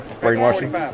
brainwashing